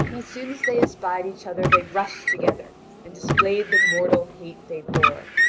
as soon as they espied each other they rushed together and displayed the mortal hate they bore.